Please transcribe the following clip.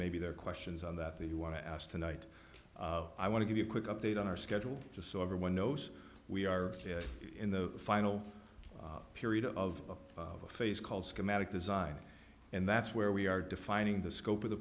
maybe their questions on that that you want to ask tonight i want to give you a quick update on our schedule just so everyone knows we are in the final period of a phase called schematic design and that's where we are defining the scope of the